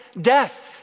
death